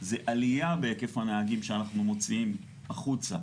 זה עלייה בהיקף הנהגים שאנחנו מוציאים החוצה,